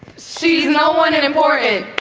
she's no one unimportant.